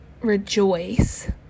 rejoice